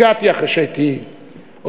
הגעתי אחרי שהייתי עורך-דין,